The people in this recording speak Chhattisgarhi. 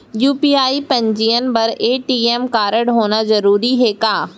यू.पी.आई पंजीयन बर ए.टी.एम कारडहोना जरूरी हे का?